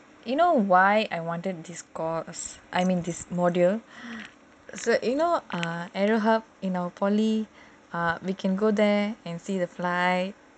you know why I wanted this course I mean this module so you know ah in a polytechnic we can go there and see the flight the helicopter